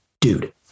dude